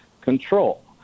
control